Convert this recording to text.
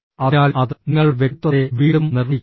അതിനാൽ അത് നിങ്ങളുടെ വ്യക്തിത്വത്തെ വീണ്ടും നിർണ്ണയിക്കുന്നു